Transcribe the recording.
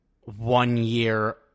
one-year